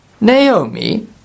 Naomi